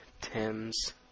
Tim's